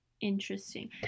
interesting